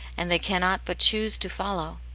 and they cannot but choose to follow.